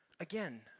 Again